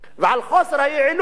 ועל חוסר היעילות